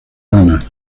ganas